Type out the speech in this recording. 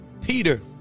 Peter